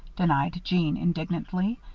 denied jeanne, indignantly.